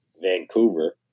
Vancouver